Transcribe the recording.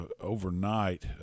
overnight